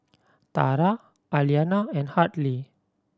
Tara Aliana and Hartley